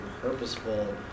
purposeful